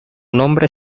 nombre